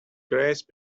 grace